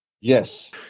yes